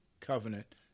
covenant